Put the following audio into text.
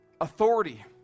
authority